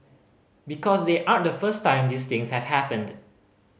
because they aren't the first time these things have happened